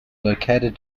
located